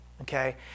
Okay